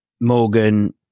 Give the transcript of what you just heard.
Morgan